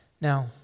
Now